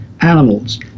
animals